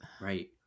Right